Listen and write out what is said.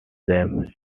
them